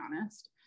honest